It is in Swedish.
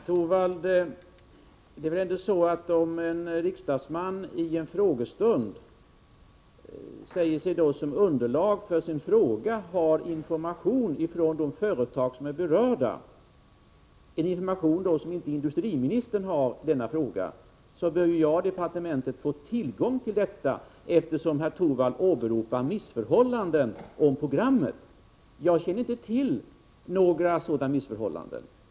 Fru talman! Det är väl ändå så, herr Torwald, att om en riksdagsman i en frågestund säger sig som underlag för sin fråga ha sådan information från de företag som är berörda som inte industriministern har, då bör jag som industriminister och departementet få tillgång till denna information. Herr Torwald åberopar ju i det här fallet missförhållanden i genomförandet av programmet. Jag känner inte till några sådana missförhållanden.